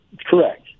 correct